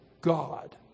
God